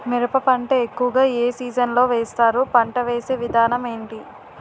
మిరప పంట ఎక్కువుగా ఏ సీజన్ లో వేస్తారు? పంట వేసే విధానం ఎంటి?